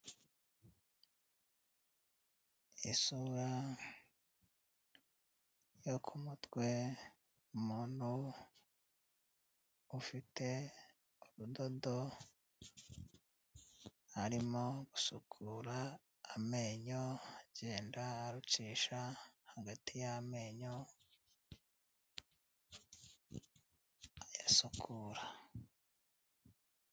Isura yo ku kumutwe umuntu ufite urudodo arimo gusukura amenyo agenda arucisha hagati yamenyo ayasukura.